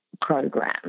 program